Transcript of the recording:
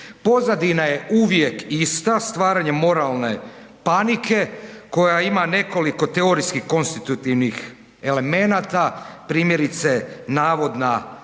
Pozadina ja uvijek ista stvaranjem moralne panike koja ima nekoliko teorijskih konstitutivnih elemenata primjerice navodna